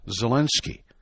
Zelensky